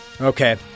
Okay